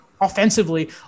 offensively